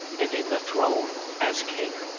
and in the throne, as king,